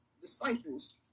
disciples